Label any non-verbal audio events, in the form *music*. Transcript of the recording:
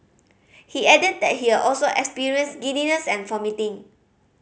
he added that he had also experienced giddiness and *unintelligible*